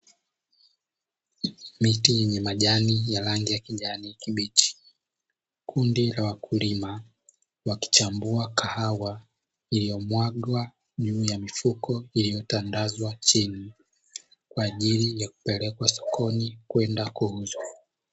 Miti yenye majani ya rangi ya kijani kibichi. Kundi la wakulima wakichambua kahawa iliyomwagwa juu ya mifuko iliyotandazwa chini kwa ajili ya kupelekwa sokoni kwenda kuuzwa.